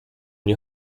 nie